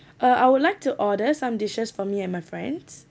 uh I would like to order some dishes for me and my friends